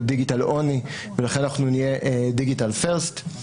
digital only ולכן אנחנו נהיה digital first.